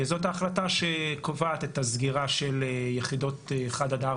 זאת ההחלטה שקובעת את הסגירה של יחידות 1-4